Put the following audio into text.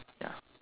ya